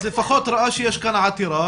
אז לפחות ראה שיש כאן עתירה,